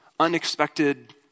unexpected